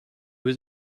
was